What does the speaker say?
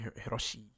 Hiroshi